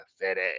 City